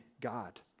God